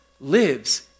lives